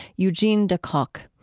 eugene de kock.